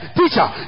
teacher